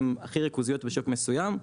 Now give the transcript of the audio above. הן הכי ריכוזיות בשוק מסוים,